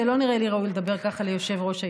זה לא נראה לי ראוי לדבר ככה ליושב-ראש הישיבה.